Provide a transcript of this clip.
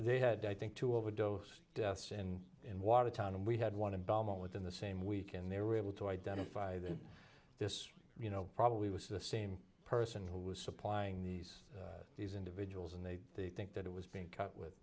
they had i think two overdose deaths in in watertown and we had one in belmont within the same week and they were able to identify that this you know probably was the same person who was supplying these these individuals and they they think that it was being cut with